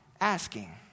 asking